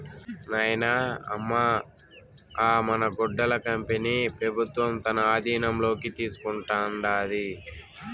నాయనా, అమ్మ అ మన గుడ్డల కంపెనీ పెబుత్వం తన ఆధీనంలోకి తీసుకుంటాండాది